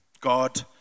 God